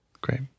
Great